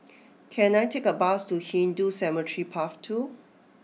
can I take a bus to Hindu Cemetery Path two